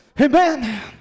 Amen